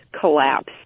collapse